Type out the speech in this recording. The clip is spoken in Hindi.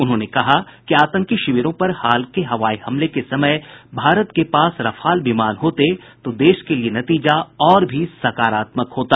उन्होंने कहा कि आतंकी शिविरों पर हाल के हवाई हमले के समय भारत के पास राफाल विमान होते तो देश के लिए नतीजा और भी सकारात्मक होता